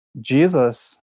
Jesus